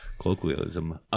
colloquialism